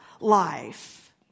life